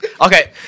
Okay